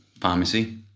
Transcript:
Pharmacy